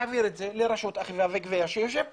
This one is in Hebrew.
זה לרשות האכיפה והגבייה שהנציג שלה יושב פה?